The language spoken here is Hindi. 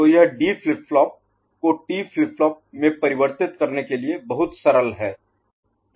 तो यह डी फ्लिप फ्लॉप को टी फ्लिप फ्लॉप में परिवर्तित करने के लिए बहुत सरल है